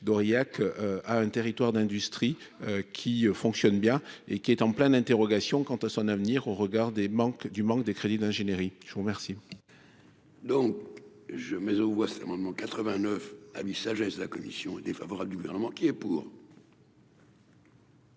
d'Aurillac à un territoire d'industrie qui fonctionne bien et qui est en plein d'interrogations quant à son avenir au regard des manque du manque des crédits d'ingénierie, je vous remercie. Donc je mais on voit ses rendements 89, sagesse, la commission est défavorable du gouvernement qui est pour.